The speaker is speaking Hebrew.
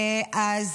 אנחנו